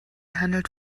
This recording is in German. handelt